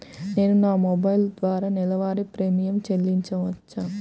నేను నా మొబైల్ ద్వారా నెలవారీ ప్రీమియం చెల్లించవచ్చా?